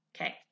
okay